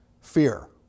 fear